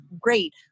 Great